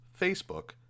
Facebook